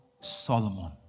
Solomon